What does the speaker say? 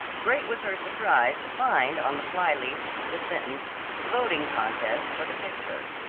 great was her surprise to find on the fly-leaf the sentence voting contest for the picture.